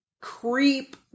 creep